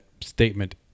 statement